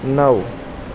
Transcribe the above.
નવ